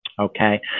Okay